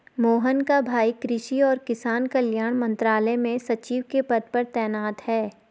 मोहन का भाई कृषि और किसान कल्याण मंत्रालय में सचिव के पद पर तैनात है